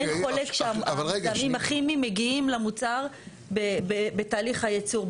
אין חולק שהמזהמים הכימיים מגיעים למוצר בתהליך הייצור.